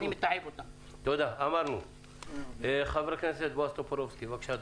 חבר הכנסת טופורובסקי, בבקשה.